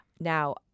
Now